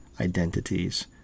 identities